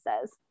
says